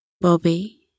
Bobby